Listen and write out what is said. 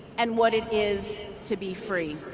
and what it is to be free.